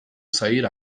sair